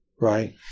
right